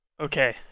Okay